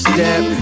Step